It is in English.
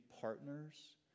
partners